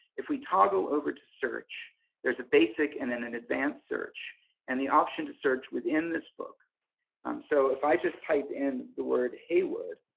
if we toggle over to search there's a basic and an an advanced search and the option to search within this book um so, if i just type in the word heywood,